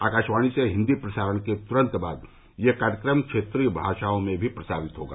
आकाशवाणी से हिन्दी प्रसारण के तुरंत बाद यह कार्यक्रम क्षेत्रीय भाषाओं में भी प्रसारित होगा